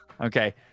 Okay